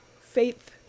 faith